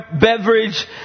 beverage